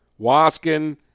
Waskin